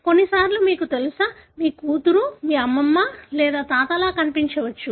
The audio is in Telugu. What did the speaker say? కొన్నిసార్లు మీకు తెలుసా మీ కూతురు మీ అమ్మమ్మ లేదా తాతలా కనిపించవచ్చు